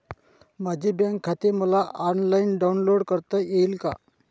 माझे बँक खाते मला ऑनलाईन डाउनलोड करता येईल का?